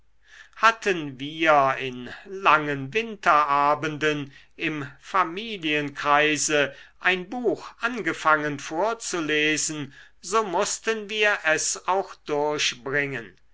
hatten wir in langen winterabenden im familienkreise ein buch angefangen vorzulesen so mußten wir es auch durchbringen